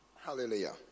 Hallelujah